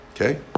Okay